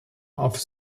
auf